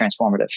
transformative